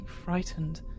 frightened